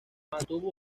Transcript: mantuvo